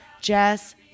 Jess